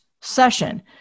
session